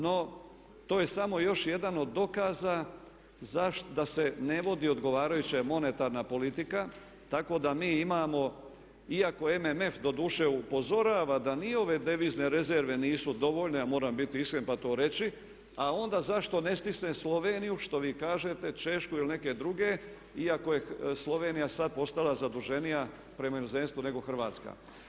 No, to je samo još jedan od dokaza da se ne vodi odgovarajuća monetarna politika tako da mi imamo iako MMF doduše upozorava da ni ove devizne rezerve nisu dovoljne a moram biti iskren pa to reći a onda zašto ne stisne Sloveniju što vi kažete Češku ili neke druge iako je Slovenija sad postala zaduženija prema inozemstvu nego Hrvatska.